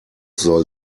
soll